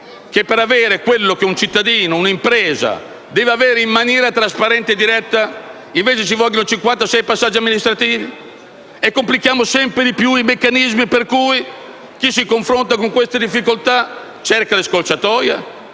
che per avere quello che un cittadino o un'impresa doveva avere in maniera trasparente o diretta occorrevano invece 56 passaggi amministrativi e si complicavano sempre più i meccanismi, per cui chi si confrontava con queste difficoltà cercava le scorciatoie?